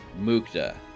mukta